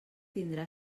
tindrà